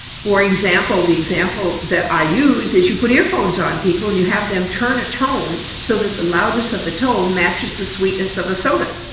for example the example that i use is you put earphones on people and you have them turn a tone so that the loudness of the tone matches the sweetness of the soda.